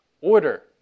order